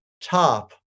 top